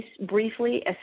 briefly